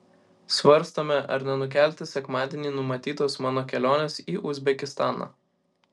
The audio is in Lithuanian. svarstome ar nenukelti sekmadienį numatytos mano kelionės į uzbekistaną